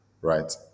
right